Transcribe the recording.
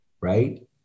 right